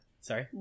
sorry